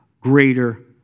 greater